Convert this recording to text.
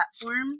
platform